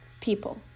people